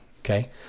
okay